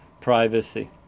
privacy